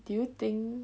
do you think